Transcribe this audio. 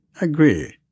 Agree